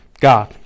God